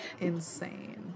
insane